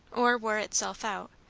or wore itself out,